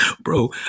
bro